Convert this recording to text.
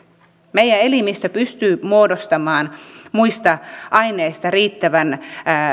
meidän elimistömme pystyy muodostamaan muista aineista riittävät